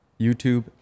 YouTube